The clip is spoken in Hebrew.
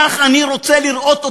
כך אני רוצה לראות אותנו,